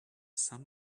sun